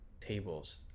tables